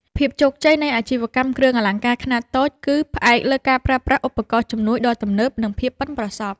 ភាពជោគជ័យនៃអាជីវកម្មគ្រឿងអលង្ការខ្នាតតូច គឺផ្អែកលើការប្រើប្រាស់ឧបករណ៍ជំនួយដ៏ទំនើប និង ភាពប៉ិនប្រសប់។